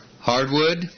hardwood